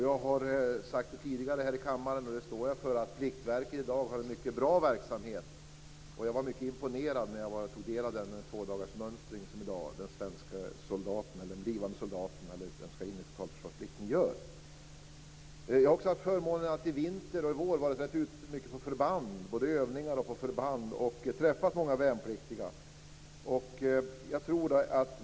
Jag har tidigare i kammaren sagt - och det står jag för - att Pliktverket utför en bra verksamhet i dag. Jag var imponerad när jag tog del av den tvådagarsmönstring som de blivande soldaterna till totalförsvarsplikten genomgår. Jag hade förmånen att i vintras och i våras vara ute på övningar vid förband och träffa många värnpliktiga.